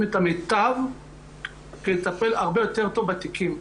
את המיטב כדי לטפל הרבה יותר טוב בתיקים.